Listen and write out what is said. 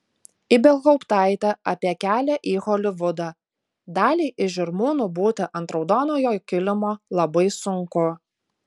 ibelhauptaitė apie kelią į holivudą daliai iš žirmūnų būti ant raudonojo kilimo labai sunku